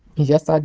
yes, ah